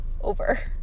over